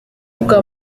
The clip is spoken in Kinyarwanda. rwa